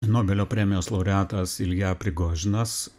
nobelio premijos laureatas ilja prigožinas